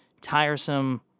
Tiresome